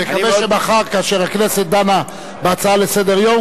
נקווה שמחר כאשר הכנסת תדון בהצעה לסדר-היום,